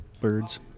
birds